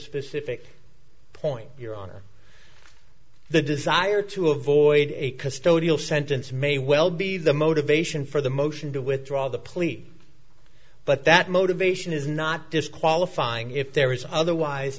specific point your honor the desire to avoid a custodial sentence may well be the motivation for the motion to withdraw the plea but that motivation is not disqualifying if there is otherwise